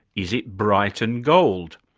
is it bright and gold?